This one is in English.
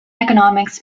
economics